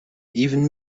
even